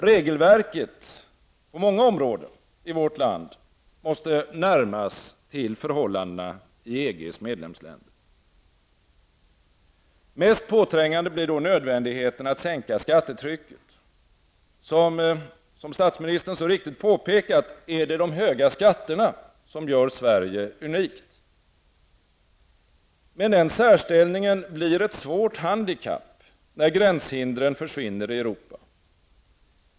Regelverket i vårt land måste närmas till förhållandena i EGs medlemsländer. Mest påträngande blir då nödvändigheten att sänka skattetrycket. Som statsministern så riktigt påpekat är det de höga skatterna som gör Sverige unikt. Men den särställningen blir ett svårt handikapp, när gränshindren försvinner i Europa.